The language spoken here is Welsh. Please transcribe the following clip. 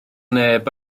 neb